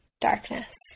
darkness